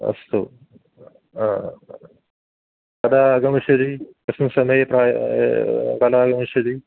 अस्तु कदा आगमिष्यति कस्मिन् समये प्रायः कदागमिष्यति